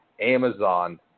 Amazon